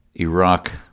Iraq